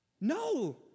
No